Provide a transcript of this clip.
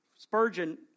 Spurgeon